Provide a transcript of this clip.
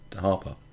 Harper